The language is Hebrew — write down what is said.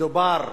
מדובר